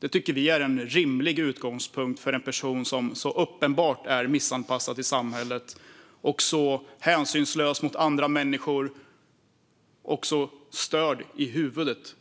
Det tycker vi är en rimlig utgångspunkt för en person som är så uppenbart missanpassad till samhället, så hänsynslös mot andra människor och -